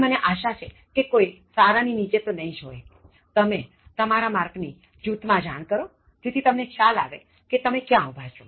મને આશા છે કે કોઇ સારા ની નીચે નહી હોય તમે તમારા માર્ક ની જુથ માં જાણ કરો જેથી તમને ખ્યાલ આવે કે તમે ક્યાં ઊભા છો